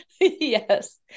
Yes